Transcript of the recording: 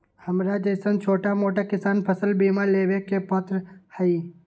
हमरा जैईसन छोटा मोटा किसान फसल बीमा लेबे के पात्र हई?